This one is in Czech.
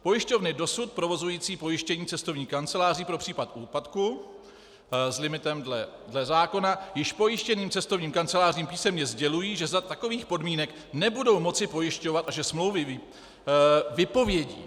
Pojišťovny dosud provozující pojištění cestovních kanceláří pro případ úpadku s limitem dle zákona již pojištěným cestovním kancelářím písemně sdělují, že za takových podmínek nebudou moc pojišťovat a že smlouvy vypovědí.